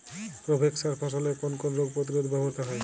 Provex সার ফসলের কোন কোন রোগ প্রতিরোধে ব্যবহৃত হয়?